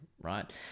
right